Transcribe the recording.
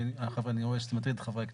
כי אני רואה שזה מטריד את חברי הכנסת.